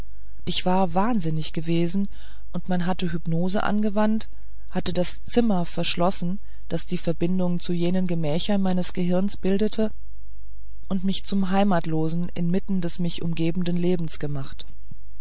ich war wahnsinnig gewesen und man hatte hypnose angewandt hatte das zimmer verschlossen das die verbindung zu jenen gemächern meines gehirns bildete und mich zum heimatlosen inmitten des mich umgebenden lebens gemacht